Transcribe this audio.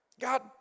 God